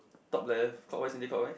top left clockwise anticlockwise